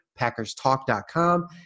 PackersTalk.com